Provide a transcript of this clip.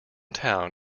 town